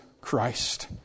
Christ